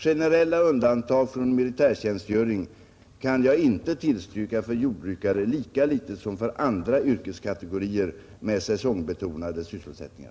Generella undantag från militärtjänstgöring kan jag inte tillstyrka för jordbrukare lika litet som för andra yrkeskategorier med säsongbetonade sysselsättningar.